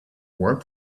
work